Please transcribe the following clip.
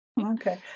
Okay